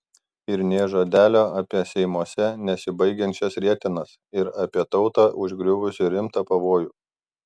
ir nė žodelio apie seimuose nesibaigiančias rietenas ir apie tautą užgriuvusį rimtą pavojų